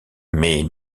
mais